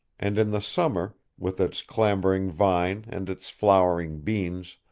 and in the summer, with its clambering vine and its flowering beans,